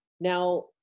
now